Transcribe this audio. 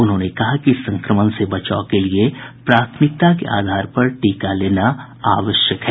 उन्होंने कहा कि संक्रमण से बचाव के लिए प्राथमिकता के आधार पर टीका लेना जरूरी है